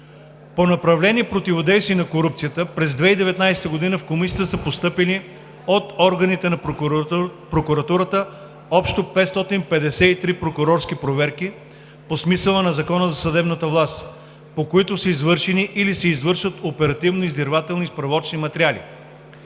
По направление „Противодействие на корупцията“ през 2019 г. в Комисията са постъпили от органите на прокуратурата общо 553 прокурорски проверки по смисъла на Закона за съдебната власт, по които са извършени или се извършват оперативно-издирвателни и справочни мероприятия,